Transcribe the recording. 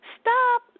Stop